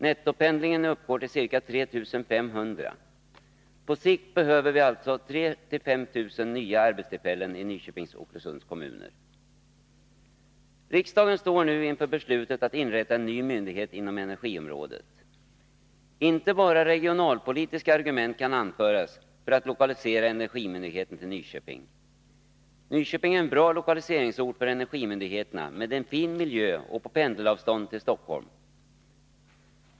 Nettopendlingen uppgår till ca 3 500. På sikt behöver vi således 3 000-5 000 nya arbetstillfällen i Nyköpings och Oxelösunds kommuner. Riksdagen står nu inför beslutet att inrätta en ny myndighet inom energiområdet. Inte bara regionalpolitiska argument kan anföras för att lokalisera energimyndigheten till Nyköping. Nyköping är en bra lokaliseringsort för energimyndigheterna, med fin miljö och på pendelavstånd från Stockholm.